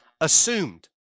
assumed